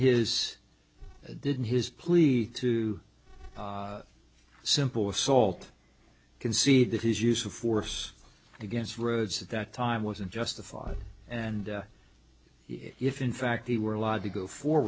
his didn't his plea to simple assault concede that his use of force against rhodes at that time wasn't justified and if in fact they were allowed to go